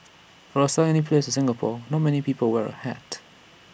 for A sunny place like Singapore not many people wear A hat